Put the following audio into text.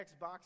Xbox